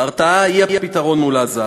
ההרתעה היא הפתרון מול עזה,